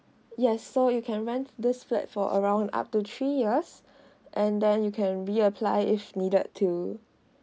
yes so you can run this flat for around up to three years and then you can re apply if needed to